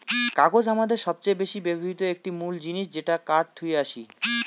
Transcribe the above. কাগজ হামাদের সবচেয়ে বেশি ব্যবহৃত একটি মুল জিনিস যেটা কাঠ থুই আসি